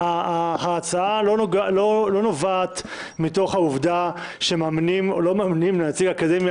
ההצעה לא נובעת מתוך העובדה שמאמינים או לא מאמינים לנציג האקדמיה,